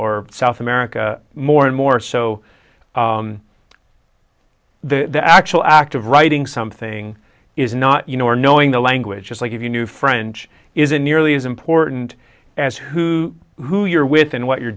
or south america more and more so the actual act of writing something is not you know or knowing the language just like if you knew french isn't nearly as important as who who you're with and what you're